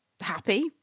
happy